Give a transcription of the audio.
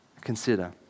consider